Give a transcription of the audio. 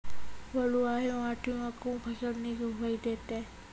बलूआही माटि मे कून फसल नीक उपज देतै?